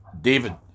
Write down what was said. David